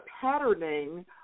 patterning